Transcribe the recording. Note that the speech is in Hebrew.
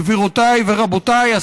גבירותיי ורבותיי,